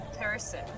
person